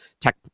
tech